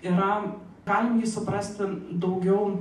yra galim jį suprasti daugiau